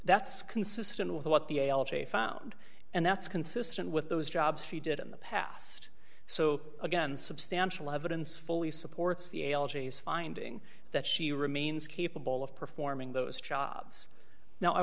that's consistent with what the found and that's consistent with those jobs she did in the past so again substantial evidence fully supports the elegies finding that she remains capable of performing those jobs now i